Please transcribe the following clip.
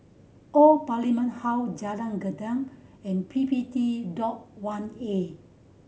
Old Parliament House Jalan Geneng and P P T Lodge One A